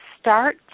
start